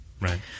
right